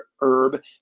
herb